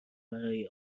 برای